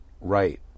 right